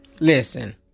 Listen